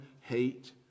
hate